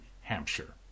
Hampshire